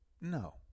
No